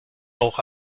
auch